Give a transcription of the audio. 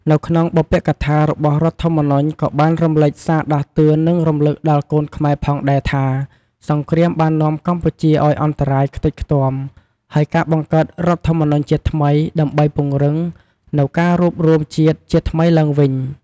នៅក្នុងបុព្វកថារបស់រដ្ឋធម្មនុញ្ញ ក៏បានរំលេចសារដាស់តឿន និងរំលឹកដល់កូនខ្មែរផងដែរថា សង្រ្គាមបាននាំកម្ពុជាឲ្យអន្តរាយ ខ្ទេចខ្ទាំ ហើយការបង្កើតរដ្ឋធម្មនុញ្ញជាថ្មី ដើម្បីពង្រឹងនូវការរួបរួមជាតិជាថ្មីឡើងវិញ។